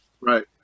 right